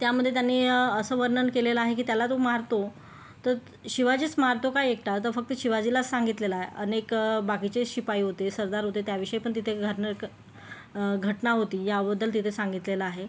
त्यामध्ये त्यांनी असं वर्णन केलेलं आहे की त्याला तो मारतो तर शिवाजीच मारतो का एकटा तर फक्त शिवाजीलाच सांगितलेलं आहे अनेक बाकीचे शिपाई होते सरदार होते त्याविषयी पण तिथे घारनक घटना होती याबद्दल तिथे सांगितलेलं आहे